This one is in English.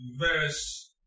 verse